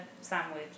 sandwich